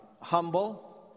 Humble